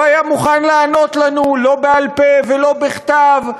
לא היה מוכן לענות לנו לא בעל-פה ולא בכתב,